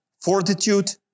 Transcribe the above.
fortitude